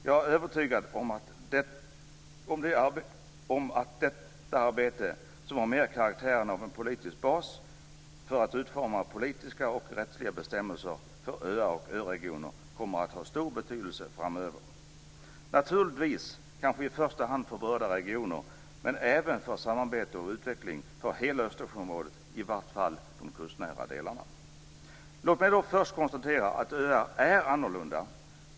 Jag är övertygad om att detta arbete, som mer har karaktären av politisk bas för att utforma politiska och rättsliga bestämmelser för öar och öregioner, kommer att ha stor betydelse framöver, naturligtvis i första hand för berörda regioner, men även för samarbete och utveckling av hela Östersjöområdet eller i vart fall de kustnära delarna. Låt mig först konstatera att öar är annorlunda.